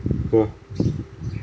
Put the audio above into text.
!wah!